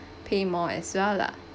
pay more as well lah